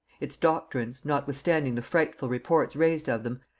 its doctrines, notwithstanding the frightful reports raised of them,